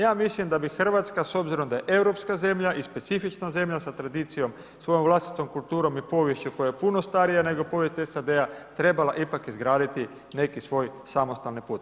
Ja mislim da bi Hrvatska s obzirom da je europska zemlja i specifična zemlja sa tradicijom, svojom vlastitom kulturom i poviješću koja je puno starija nego povijest SAD-a trebala ipak izgraditi neki svoj samostalni put.